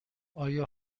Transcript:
آیا